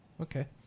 Okay